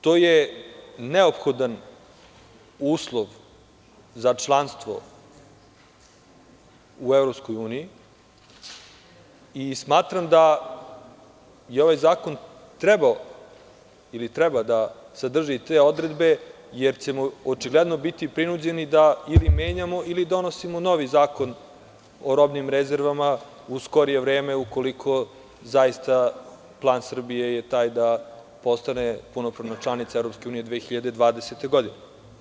To je neophodan uslov za članstvo u EU i smatram da je ovaj zakon trebao ili treba da sadrži te odredbe, jer ćemo očigledno biti prinuđeni da ili menjamo ili donosimo novi zakon o robnim rezervama u skorije vreme, ukoliko je zaista plan Srbije da postane punopravna članica EU 2020. godine.